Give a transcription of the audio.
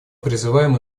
призываем